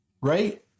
right